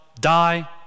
die